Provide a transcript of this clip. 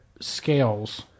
scales